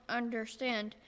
understand